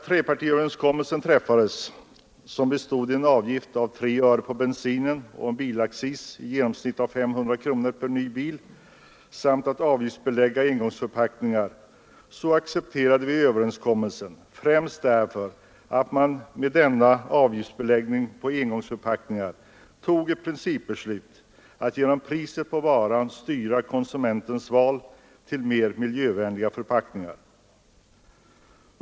Trepartiöverenskommelsen innebar att den särskilda skatten på bensin skulle begränsas till 3 öre, att bilaccisen skulle höjas med i genomsnitt 500 kronor per personbil samt att engångsförpackningar skulle avgiftsbeläggas. Vi gick med på att träffa denna överenskommelse främst därför att man med denna avgiftsbeläggning på engångsförpackningar tog ett principbeslut att genom priset på varan försöka styra konsumentens val till mer miljövänliga förpackningar.